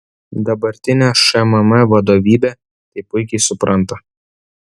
dabartinė šmm vadovybė tai puikiai supranta